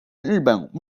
日本